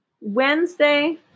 Wednesday